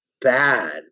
bad